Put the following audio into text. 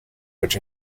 which